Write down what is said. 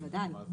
בוודאי.